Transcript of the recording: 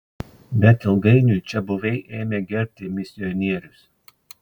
bet ilgainiui čiabuviai ėmė gerbti misionierius